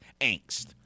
angst